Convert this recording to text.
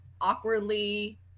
awkwardly